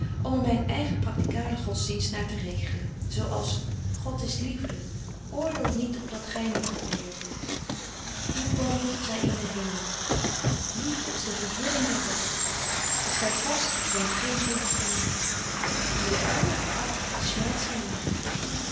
er myn eigen practicalen godsdienst naar te regelen zo als god is liefde oordeelt niet op dat gy niet geoordeelt wordt uw wandel zy in den hemel liefde is de vervulling der wet als gy vast toont geen droevig gelaat die den armen veracht smaadt zyn